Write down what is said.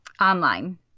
Online